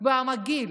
ומגעיל